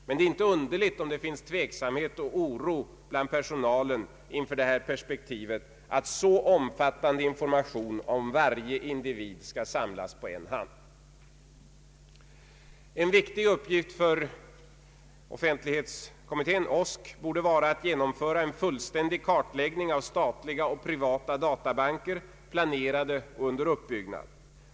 Men det är inte underligt om det finns tveksamhet och oro bland personalen inför perspektivet att så omfattande information om varje individ skall samlas på en hand. En viktig uppgift för offentlighetskommittén borde vara att genomföra en fullständig kartläggning av statliga och privata databanker, planerade och under uppbyggnad.